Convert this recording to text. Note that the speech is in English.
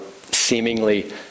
seemingly